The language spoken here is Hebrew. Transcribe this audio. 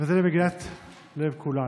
למגינת לב כולנו.